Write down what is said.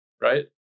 right